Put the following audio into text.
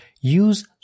Use